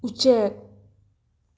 ꯎꯆꯦꯛ